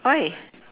why